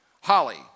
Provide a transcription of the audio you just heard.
Holly